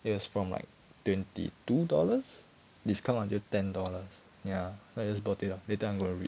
it was from like twenty two dollars discount until ten dollars ya so I just bought it ah later I'm gonna read